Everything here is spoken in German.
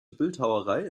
bildhauerei